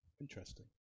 interesting